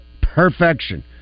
perfection